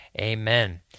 Amen